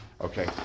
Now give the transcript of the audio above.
Okay